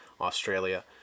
australia